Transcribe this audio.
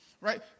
right